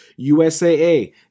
USAA